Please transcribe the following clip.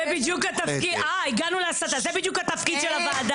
זה בדיוק התפקיד של הוועדה.